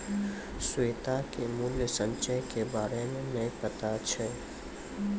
श्वेता के मूल्य संचय के बारे मे नै पता छै